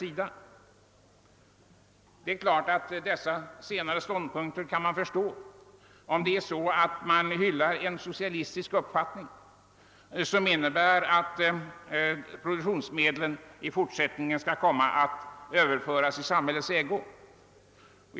Givetvis är det förklarligt med dessa senare ståndpunkter, om man hyllar en socialistisk uppfattning, som innebär att produktionsmedlen i forsättningen skall överföras i samhällets ägo.